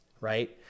right